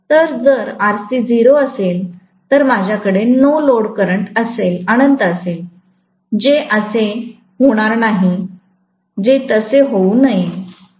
तर जर Rc 0 असेल तर माझ्याकडे नो लोडकरंट अनंत असेल जे असे होणार नाही जे तसे होऊ नये